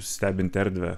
stebint erdvę